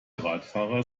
radfahrer